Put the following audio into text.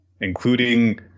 including